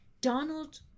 Donald